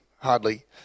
hardly